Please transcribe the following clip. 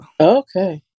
Okay